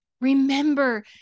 Remember